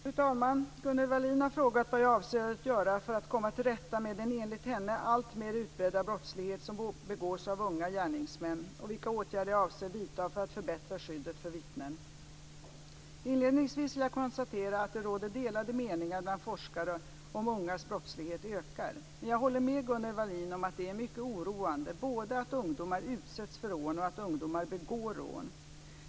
Fru talman! Gunnel Wallin har frågat vad jag avser göra för att komma till rätta med den enligt henne alltmer utbredda brottslighet som begås av unga gärningsmän och vilka åtgärder jag avser vidta för att förbättra skyddet för vittnen. Inledningsvis vill jag konstatera att det råder delade meningar bland forskare om ungas brottslighet ökar. Men jag håller med Gunnel Wallin om att det är mycket oroande både att ungdomar utsätts för rån och att ungdomar begår rån.